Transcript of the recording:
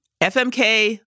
FMK